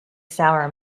sour